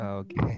okay